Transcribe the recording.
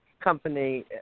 company